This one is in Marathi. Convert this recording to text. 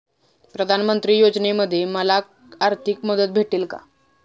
प्रधानमंत्री योजनेमध्ये मला आर्थिक मदत भेटेल का?